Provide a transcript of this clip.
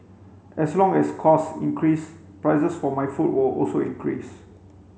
as long as costs increase prices for my food will also increase